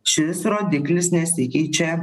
šis rodiklis nesikeičia